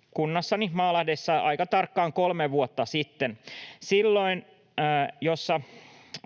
kotikunnassani Maalahdessa aika tarkkaan kolme vuotta sitten.